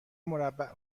مربع